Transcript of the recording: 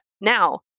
Now